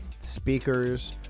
speakers